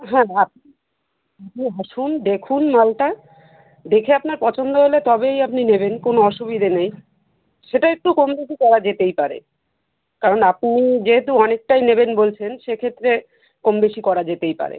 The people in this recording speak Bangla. হ্যাঁ হ্যাঁ আপনি নিজে আসুন দেখুন মালটা দেখে আপনার পছন্দ হলে তবেই আপনি নেবেন কোনো অসুবিধে নেই সেটা একটু কম বেশি করা যেতেই পারে কারণ আপনি যেহেতু অনেকটাই নেবেন বলছেন সে ক্ষেত্রে কম বেশি করা যেতেই পারে